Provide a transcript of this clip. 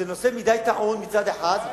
זה נושא מדי טעון מצד אחד,